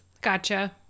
Gotcha